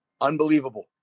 Unbelievable